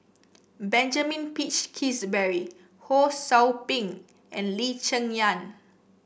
Benjamin Peach Keasberry Ho Sou Ping and Lee Cheng Yan